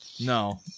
No